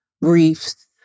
briefs